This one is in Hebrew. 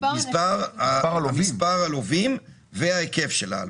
מספר הלווים והיקף ההלוואות.